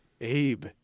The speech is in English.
Abe